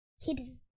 Hidden